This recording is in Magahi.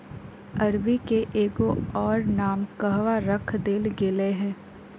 अरबी के एगो और नाम कहवा रख देल गेलय हें